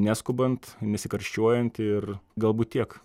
neskubant nesikarščiuojant ir galbūt tiek